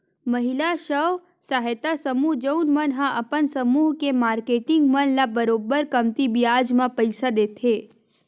महिला स्व सहायता समूह जउन मन ह अपन समूह के मारकेटिंग मन ल बरोबर कमती बियाज म पइसा देथे